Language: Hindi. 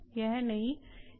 यह नहीं